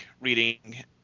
reading